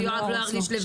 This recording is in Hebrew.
שאמרתי.